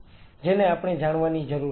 જેને આપણે જાણવાની જરૂર હતી